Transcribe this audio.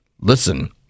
Listen